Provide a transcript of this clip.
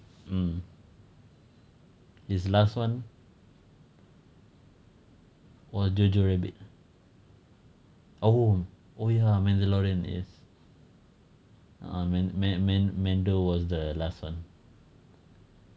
um his last one was jeju rabbit oh oh ya mandolin orange is a'ah mandol was the last one